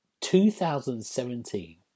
2017